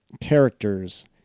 characters